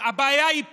הבעיה היא פה,